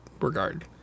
regard